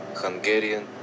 Hungarian